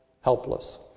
helpless